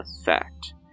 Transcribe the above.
effect